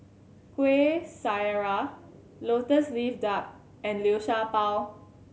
Kuih Syara Lotus Leaf Duck and Liu Sha Bao